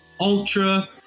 ultra